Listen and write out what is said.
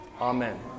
Amen